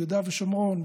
ביהודה ושומרון,